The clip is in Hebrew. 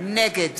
נגד